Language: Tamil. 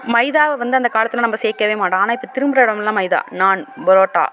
மைதாவை வந்து அந்த காலத்தில் நம்ம சேர்க்கவே மாட்டோம் ஆனால் இப்போ திரும்புகிற இடம் எல்லாம் மைதா நாண் பரோட்டா